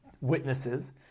Witnesses